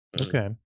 Okay